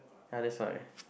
yeah that's why